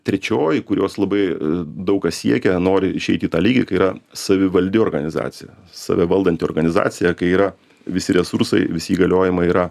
trečioji kurios labai daug kas siekia nori išeiti į tą lygį yra savivaldi organizacija save valdanti organizacija kai yra visi resursai visi įgaliojimai yra